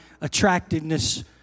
attractiveness